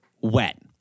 wet